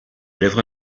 lèvre